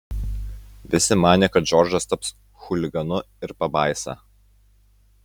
visi manė kad džordžas taps chuliganu ir pabaisa